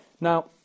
Now